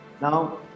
Now